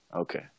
Okay